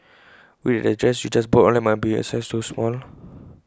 worried that the dress you just bought online might be A size too small